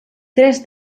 tres